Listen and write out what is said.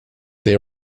they